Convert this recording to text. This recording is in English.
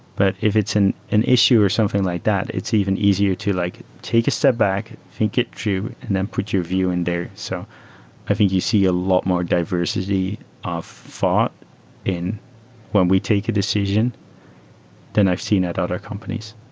but if it's in an issue or something like that, it's even easier to like take a step back, think it through and then put your view in there. so i think you see a lot more diversity of thought when we take a decision than i've seen at other companies.